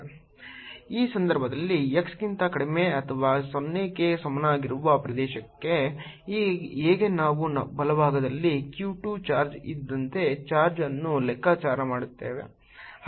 E 14π0 q yjzk diy2z2d232 14π0 q1 yjzkdiy2z2d232 for x≥0 ಈ ಸಂದರ್ಭದಲ್ಲಿ x ಗಿಂತ ಕಡಿಮೆ ಅಥವಾ 0 ಕ್ಕೆ ಸಮನಾಗಿರುವ ಪ್ರದೇಶಕ್ಕೆ ಹೇಗೆ ನಾವು ಬಲಭಾಗದಲ್ಲಿ q 2 ಚಾರ್ಜ್ ಇದ್ದಂತೆ ಚಾರ್ಜ್ ಅನ್ನು ಲೆಕ್ಕಾಚಾರ ಮಾಡುತ್ತೇವೆ